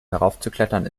heraufzuklettern